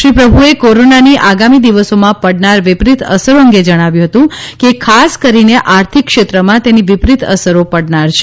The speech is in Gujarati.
શ્રી પ્રભુએ કોરોના ની આગામી દિવસોમાં પડનાર વિપરીત અસરો અંગે જણાવ્યું હતું કે ખાસ કરીને આર્થિક ક્ષેત્રમાં તેની વિપરીત અસરો પડનાર છે